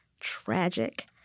tragic